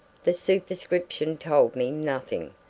the superscription told me nothing.